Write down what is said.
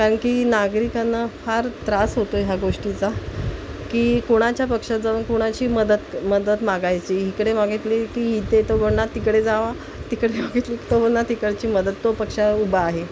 कारणकी नागरिकांना फार त्रास होतो ह्या गोष्टीचा की कोणाच्या पक्षात जाऊन कोणाची मदत मदत मागायची इकडे मागितली की इथे तो बोलणार तिकडे जावा तिकडे मागितली की तो बोलणार तिकडची मदत तो पक्षाला उभा आहे